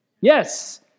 Yes